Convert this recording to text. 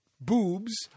boobs